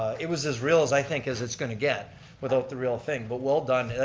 it was as real as i think as it's going to get without the real thing, but well done.